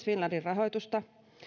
finlandin rahoitusta